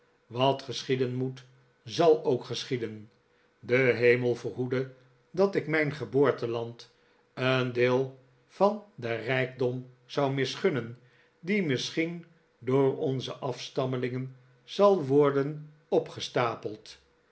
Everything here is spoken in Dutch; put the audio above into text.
wat geschieden moet zal ook geschieden de hemel verhoede dat ik mijn geboorteland een deel van den rijkdom zou misgunnen die misschien door onze afstammelingen zal worden opgestapeld